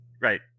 Right